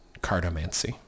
cardomancy